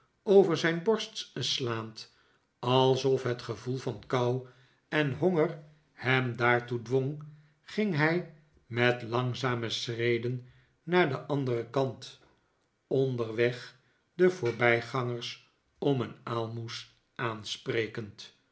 over zijn borst slaand alsof het gevoel van kou en honger hem daartoe dwong ging hij met langzame schreden naar den anderen kant onderweg de voorbij gangers om een aalmoes aansprekend